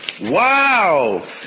Wow